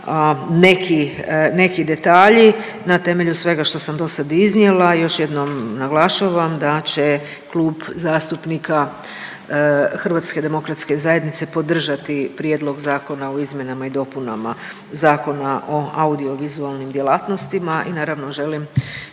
neki detalji na temelju svega što sam do sad iznijela, još jednom naglašavam da će Klub zastupnika HDZ-a podržati Prijedlog Zakona o izmjenama i dopunama Zakona o audiovizualnim djelatnostima. I naravno želim